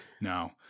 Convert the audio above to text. No